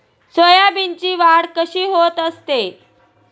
सोयाबीनची वाढ कशी होत असते?